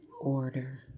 order